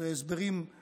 ואלה הסברים שונים,